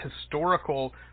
historical